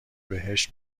بهشت